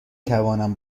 توانم